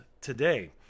today